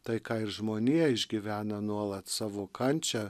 tai ką ir žmonija išgyvena nuolat savo kančią